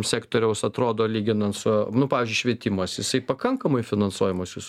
sektoriaus atrodo lyginant su pavyzdžiui švietimas jisai pakankamai finansuojamas jūsų